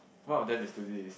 one of them is still this